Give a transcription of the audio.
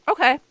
Okay